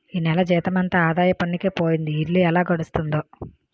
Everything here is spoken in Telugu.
ఈ నెల జీతమంతా ఆదాయ పన్నుకే పోయింది ఇల్లు ఎలా గడుస్తుందో